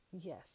yes